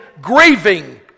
grieving